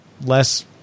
less